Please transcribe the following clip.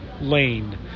lane